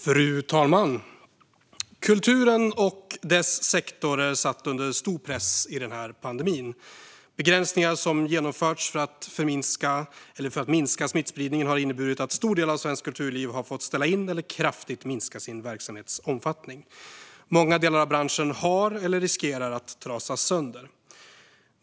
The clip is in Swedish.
Fru talman! Kultursektorn är satt under stor press i pandemin. Begränsningar som har genomförts för att minska smittspridningen har inneburit att en stor del av svenskt kulturliv har fått ställa in eller kraftigt minska sin verksamhets omfattning. Många delar av branschen har trasats sönder eller riskerar att trasas sönder.